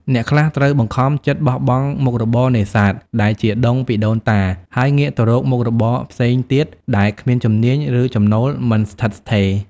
អ្នកខ្លះត្រូវបង្ខំចិត្តបោះបង់មុខរបរនេសាទដែលជាដុងពីដូនតា ហើយងាកទៅរកមុខរបរផ្សេងទៀតដែលគ្មានជំនាញ ឬចំណូលមិនស្ថិតស្ថេរ។